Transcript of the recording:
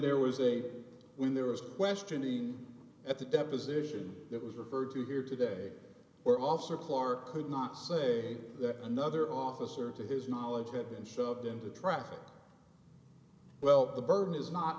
there was a when there was questioning at the deposition that was referred to here today or officer clark could not say that another officer to his knowledge had been shoved into traffic well the burden is not